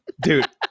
dude